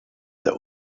der